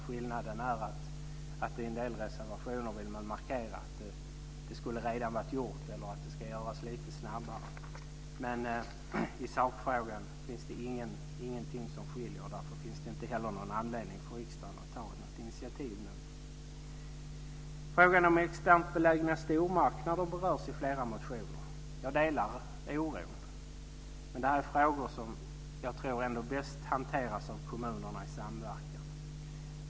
Skillnaden är att i en del reservationer vill man markera att det redan skulle ha varit gjort eller att det ska göras lite snabbare. Men i sakfrågan finns det ingenting som skiljer. Därför finns det heller ingen anledning för riksdagen att nu ta något initiativ. Frågan om externt belägna stormarknader berörs i flera motioner. Jag delar oron. Men det är en fråga som ändå bäst hanteras av kommunerna i samverkan.